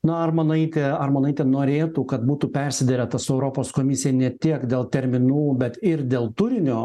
na armonaitė armonaitė norėtų kad būtų persiderėta su europos komisija ne tiek dėl terminų bet ir dėl turinio